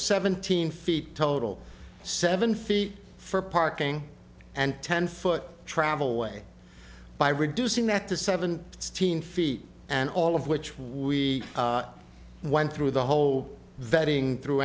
seventeen feet total seven feet for parking and ten foot travel way by reducing that to seven hundred feet and all of which we went through the whole vetting through